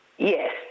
Yes